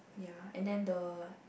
ya and then the